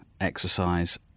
exercise